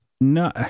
No